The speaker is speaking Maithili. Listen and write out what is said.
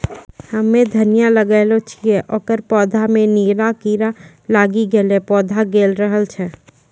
हम्मे धनिया लगैलो छियै ओकर पौधा मे नीला कीड़ा लागी गैलै पौधा गैलरहल छै?